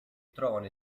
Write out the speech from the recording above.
trovano